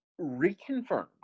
reconfirmed